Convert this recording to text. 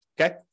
Okay